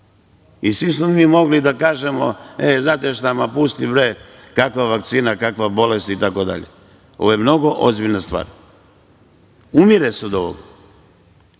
i svi smo mi mogli da kažemo, e znate, šta, ma pusti bre, kakva vakcina, kakva bolest, itd. Ovo je mnogo ozbiljna stvar, umire se od ovoga.